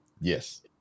Yes